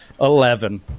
Eleven